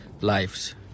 lives